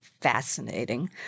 fascinating